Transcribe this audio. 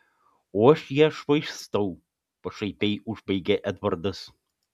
o aš ją švaistau pašaipiai užbaigė edvardas